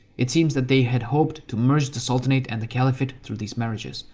it seems that they had hoped to merge the sultanate and the caliphate through these marriages.